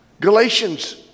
Galatians